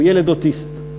הוא ילד אוטיסט.